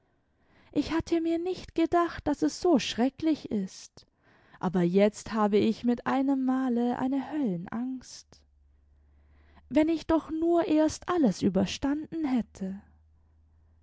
ich hatte mir nicht gedacht daß es so schrecklich ist aber jetzt habe ich mit einem male eine höllenangst wenn ich doch nur erst alles überstanden hätte